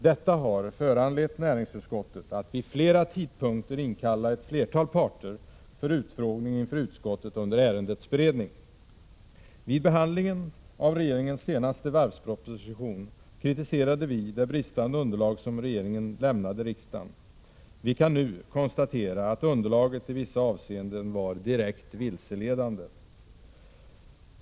Detta har föranlett näringsutskottet att vid fler tidpunkter inkalla ett flertal parter för utfrågning inför utskottet under ärendets beredning. Vid behandlingen av regeringens senaste varvsproposition kritiserade vi det bristande underlag som regeringen lämnade riksdagen. Vi kan nu konstatera att underlaget i vissa avseenden var direkt vilseledande.